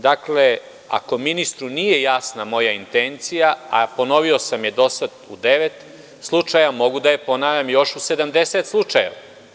Dakle, ako ministru nije jasna moja intencija, a ponovio sam je do sada u devet slučaja, mogu da je ponavljam u 70 slučajeva.